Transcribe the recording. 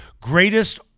greatest